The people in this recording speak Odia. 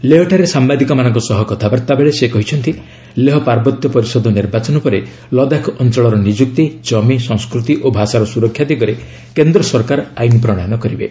ଲେହ ଠାରେ ସାମ୍ବାଦିକମାନଙ୍କ ସହ କଥାବାର୍ତ୍ତା ବେଳେ ସେ କହିଛନ୍ତି ଲେହ ପାର୍ବତ୍ୟ ପରିଷଦ ନିର୍ବାଚନ ପରେ ଲଦାଖ ଅଞ୍ଚଳର ନିଯୁକ୍ତି କମି ସଂସ୍କୃତି ଓ ଭାଷାର ସୁରକ୍ଷା ଦିଗରେ କେନ୍ଦ୍ର ସରକାର ଆଇନ୍ ପ୍ରଣୟନ କରିବେ